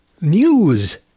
news